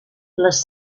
les